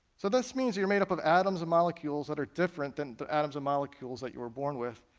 so this means you're made up of atoms and molecules that are different than the atoms and molecules that you were born with.